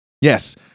yes